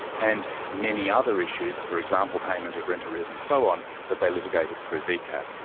and many other issues, for example payment of rent arrears, and so on, but they litigated through vcat.